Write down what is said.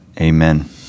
Amen